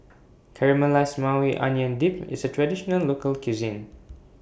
Caramelized Maui Onion Dip IS A Traditional Local Cuisine